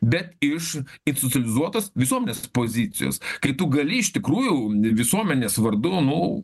bet iš insucializuotos visuomenės pozicijos kai tu gali iš tikrųjų visuomenės vardu nu